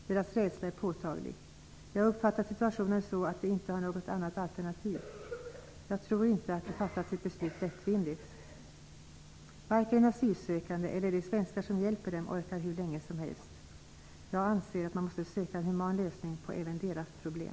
Deras rädsla är påtaglig. De har uppfattat situationen så att de inte har något annat alternativ. Jag tror inte att de fattat sitt beslut lättvindigt. Varken den asylsökande eller de svenskar som hjälper dem orkar hur länge som helst. Jag anser att man måste söka en human lösning på även deras problem.